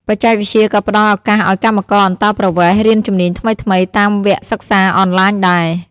បច្ចេកវិទ្យាក៏ផ្តល់ឱកាសឲ្យកម្មករអន្តោប្រវេសន៍រៀនជំនាញថ្មីៗតាមវគ្គសិក្សាអនឡាញដែរ។